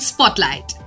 Spotlight